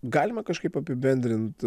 galima kažkaip apibendrint